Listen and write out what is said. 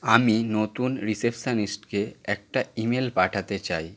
আমি নতুন রিসেপশানিস্টকে একটা ইমেল পাঠাতে চাই